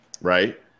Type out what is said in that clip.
Right